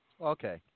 Okay